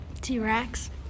T-Rex